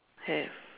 have